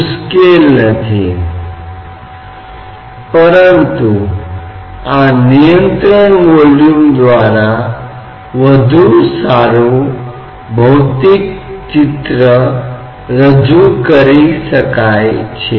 लेकिन अगर यह एक वैक्यूम नहीं है तो हम बता दें कि यहाँ कुछ दबाव है जो कि द्रव का वाष्प दबाव है जो इस पर कब्जा कर रहा है और यह आम है कि इस तरह का वाष्प दबाव होगा